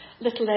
little